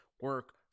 Work